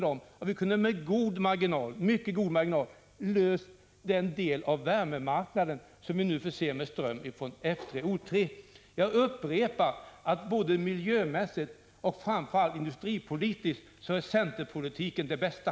Vi skulle med mycket god marginal och lägre kostnad kunna tillgodose energibehovet på den del av värmemarknaden som vi nu förser med ström från F3 och O 3. Jag upprepar: Både miljömässigt och framför allt industripolitiskt är centerpolitiken den bästa.